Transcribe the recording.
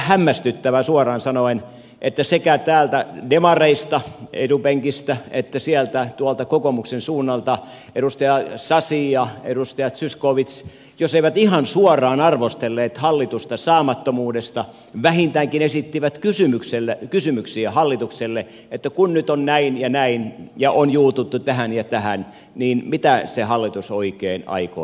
oli aika hämmästyttävää suoraan sanoen että sekä täältä etupenkistä demarit että tuolta kokoomuksen suunnalta edustaja sasi ja edustaja zyskowicz jos eivät ihan suoraan arvostelleet hallitusta saamattomuudesta vähintäänkin esittivät kysymyksiä hallitukselle että kun nyt on näin ja näin ja on juututtu tähän ja tähän niin mitä se hallitus oikein aikoo tehdä